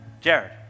Jared